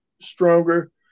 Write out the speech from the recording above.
stronger